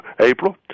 April